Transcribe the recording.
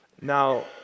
Now